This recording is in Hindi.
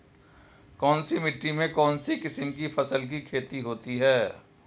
कौनसी मिट्टी में कौनसी किस्म की फसल की खेती होती है?